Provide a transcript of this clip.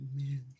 Amen